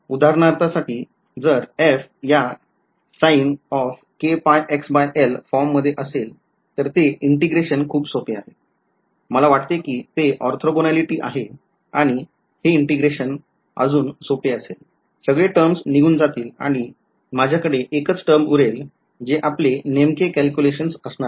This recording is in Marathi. उदाहरणासाठी जर F या फॉर्ममध्ये असेल तर ते integration खूप सोपे आहे मला वाटते कि ते ऑर्थोगोनॅलिटी आहे आणि हे integration अजून सोपे असेल सगळे टर्म्स निघून जातील आणि आणि माझ्याकडे एकच टर्म उरेल जे आपले नेमके calculations असणार आहे